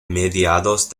mediados